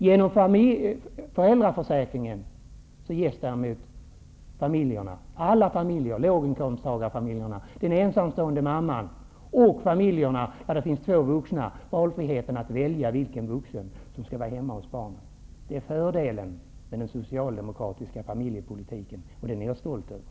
Genom föräldraförsäkringen ges däremot alla familjer där det finns två vuxna, också låginkomsttagarfamiljer, friheten att välja vilken av föräldrarna som skall vara hemma hos barnen, och även den ensamma mamman tillförsäkras rätten att vara hemma. Det är fördelen med den socialdemokratiska familjepolitiken, och den är jag stolt över!